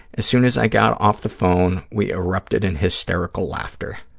as soon as i got off the phone, we erupted in hysterical laughter.